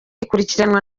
akurikirwa